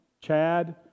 Chad